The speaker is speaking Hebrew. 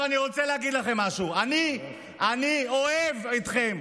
עכשיו, אני רוצה להגיד לכם משהו: אני אוהב אתכם,